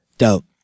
dope